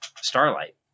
Starlight